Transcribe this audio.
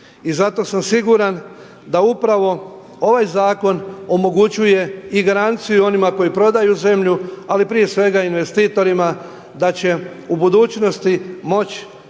I zato sam siguran da upravo ovaj zakon omogućuje i garanciju onima koji prodaju zemlju, ali prije svega investitorima da će u budućnosti moći